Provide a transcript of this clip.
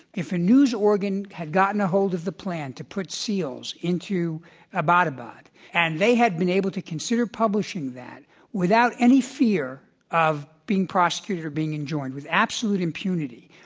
if a news organ had gotten a hold of the plan to put seals into abbottabad and they had been able to consider publishing that without any fear of being prosecuted or being enjoined, with absolute impunity,